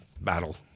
battle